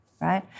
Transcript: right